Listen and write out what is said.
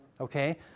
Okay